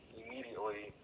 immediately